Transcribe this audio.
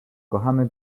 kochamy